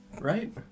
right